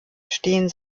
stehen